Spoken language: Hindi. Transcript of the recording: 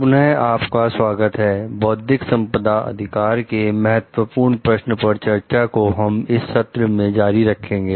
पुनः आपका स्वागत है बौद्धिक संपदा अधिकार के महत्वपूर्ण प्रश्न पर चर्चा को हम इस सत्र में जारी रखेंगे